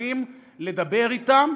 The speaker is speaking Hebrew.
מוכרחים לדבר אתם,